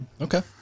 Okay